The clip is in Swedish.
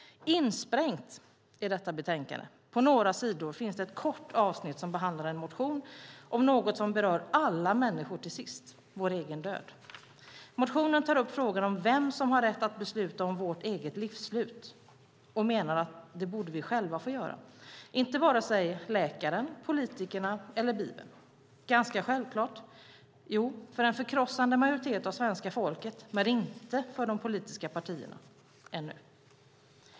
Insprängt i detta betänkande, på några sidor, finns det ett kort avsnitt som behandlar en motion om något som berör alla människor till sist, nämligen vår egen död. Motionen tar upp frågan om vem som har rätt att besluta om vårt eget livsslut, och man menar att det borde vi själva få göra, inte vare sig läkaren, politikerna eller Bibeln. Ganska självklart? Jo, för en förkrossande majoritet av svenska folket, men inte för de politiska partierna - ännu.